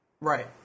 right